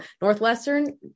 Northwestern